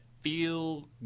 feel